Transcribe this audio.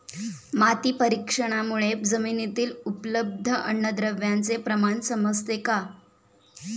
माती परीक्षणामुळे जमिनीतील उपलब्ध अन्नद्रव्यांचे प्रमाण समजते का?